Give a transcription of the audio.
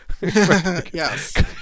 Yes